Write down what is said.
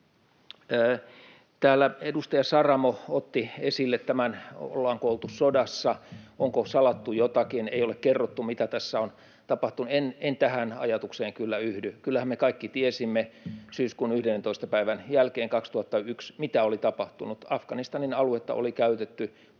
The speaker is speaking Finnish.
Täällä edustaja Saramo otti esille, ollaanko oltu sodassa, onko salattu jotakin, ei ole kerrottu, mitä tässä on tapahtunut. En tähän ajatukseen kyllä yhdy. Kyllähän me kaikki tiesimme syyskuun 11. päivän jälkeen 2001, mitä oli tapahtunut. Afganistanin aluetta oli käytetty